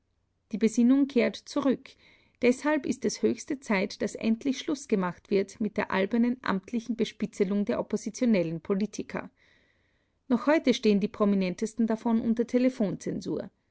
die besinnung kehrt zurück deshalb ist es höchste zeit daß endlich schluß gemacht wird mit der albernen amtlichen bespitzelung der oppositionellen politiker noch heute stehen die prominentesten davon unter